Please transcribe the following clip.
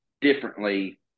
differently